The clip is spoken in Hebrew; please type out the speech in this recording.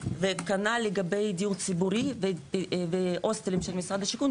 וכנ"ל לגבי דיור ציבורי בהוסטלים של משרד השיכון,